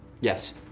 Yes